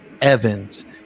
evans